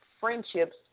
friendships